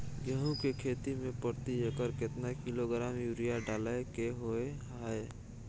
गेहूं के खेती में प्रति एकर केतना किलोग्राम यूरिया डालय के होय हय?